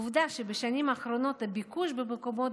עובדה שבשנים האחרונות הביקוש למקומות